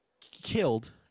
killed